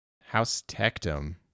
House-tectum